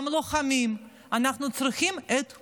גם לוחמים, אנחנו צריכים את כולם.